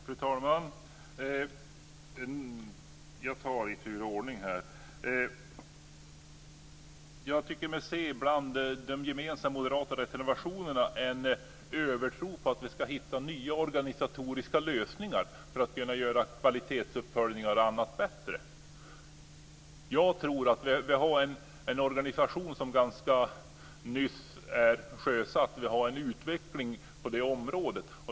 Fru talman! Jag tar det i tur och ordning. Jag tycker mig ibland se i de gemensamma moderata reservationerna en övertro på att vi ska hitta nya organisatoriska lösningar för att kunna göra kvalitetsuppföljningar och annat bättre. Vi har en organisation som ganska nyss är sjösatt. Vi har en utveckling på det området.